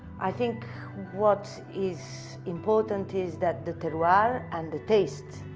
i think what is important is that the terroir and the taste,